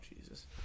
Jesus